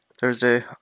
Thursday